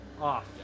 off